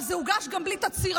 זה גם הוגש בלי תצהיר,